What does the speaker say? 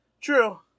True